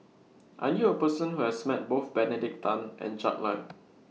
I knew A Person Who has Met Both Benedict Tan and Jack Lai